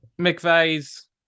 McVeigh's